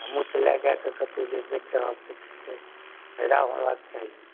हमहुँ तऽ लऽ जाके कतहुँ जे बेचब से फायदा होयबाक चाही